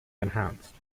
enhanced